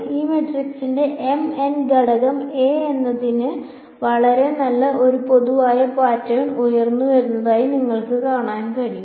ഈ മാട്രിക്സിന്റെ m n ഘടകം a എന്നതിന് വളരെ നല്ല ഒരു പൊതു പാറ്റേൺ ഉയർന്നുവരുന്നതായി നിങ്ങൾക്ക് കാണാൻ കഴിയും